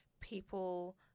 people